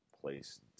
place